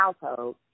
household